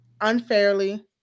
unfairly